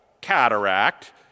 cataract